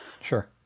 Sure